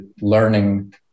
learning